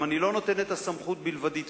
אני גם לא נותן סמכות בלבדית,